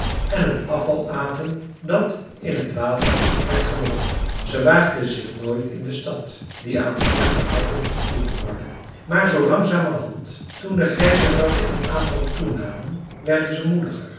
en het afval aten dat in het water werd geworpen zij waagden zich nooit in de stad die aan de zwarte ratten toebehoorde maar zoo langzamerhand toen de grijze ratten in aantal toenamen werden ze moediger